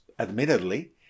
admittedly